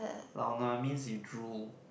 lao nua means you drool